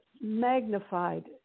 magnified